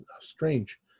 strange